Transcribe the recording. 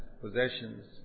Possessions